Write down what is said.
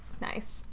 nice